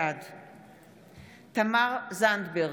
בעד תמר זנדברג,